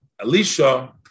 Elisha